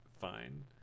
fine